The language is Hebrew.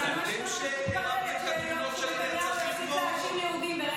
אתם אלה שהרמתם את התמונות של הנרצחים פה.